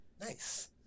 Nice